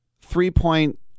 Three-point